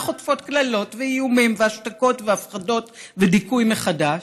וחוטפות קללות ואיומים והשתקות והפחדות ודיכוי מחדש,